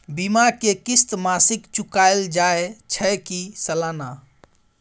बीमा के किस्त मासिक चुकायल जाए छै की सालाना?